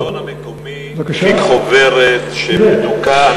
השלטון המקומי הפיק חוברת בדוקה.